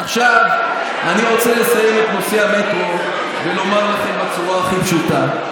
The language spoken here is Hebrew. עכשיו אני רוצה לסיים את נושא המטרו ולומר לכם בצורה הכי פשוטה: